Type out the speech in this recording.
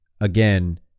again